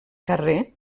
carrer